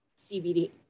CBD